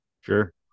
Sure